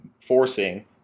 forcing